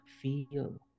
feel